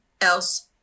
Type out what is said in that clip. else